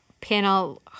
panel